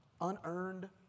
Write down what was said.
unearned